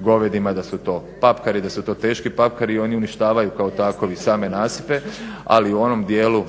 govedima da su to papkari, da su to teški papkari i oni uništavaju kao takvi same nasipe ali u onom dijelu